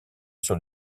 sur